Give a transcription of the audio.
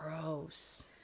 Gross